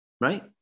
right